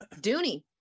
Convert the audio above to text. Dooney